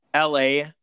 LA